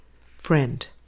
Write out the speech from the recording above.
Friend